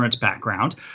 background